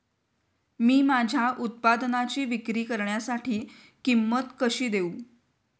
मी माझ्या उत्पादनाची विक्री करण्यासाठी किंमत कशी देऊ?